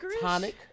tonic